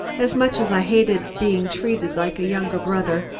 as much as i hated being treated like a younger brother,